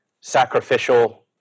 sacrificial